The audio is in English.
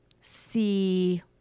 see